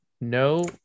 no